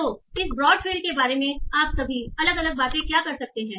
तो इस broad field के बारे में आप सभी अलग अलग बातें क्या कर सकते हैं